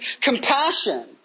compassion